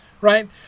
Right